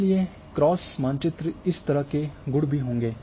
इसलिए क्रॉस मानचित्र इस तरह के गुण भी होंगे